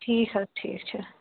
ٹھیٖک حظ ٹھیٖک چھُ